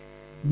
यह पद है